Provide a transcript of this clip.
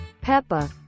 peppa